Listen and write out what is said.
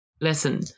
listen